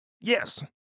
Yes